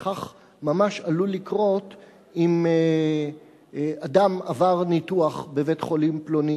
כך ממש עלול לקרות אם אדם עבר ניתוח בבית-חולים פלוני